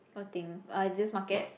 what thing uh Editor's Market